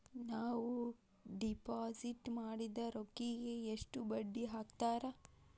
ನಾವು ಡಿಪಾಸಿಟ್ ಮಾಡಿದ ರೊಕ್ಕಿಗೆ ಎಷ್ಟು ಬಡ್ಡಿ ಹಾಕ್ತಾರಾ?